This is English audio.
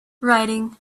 writing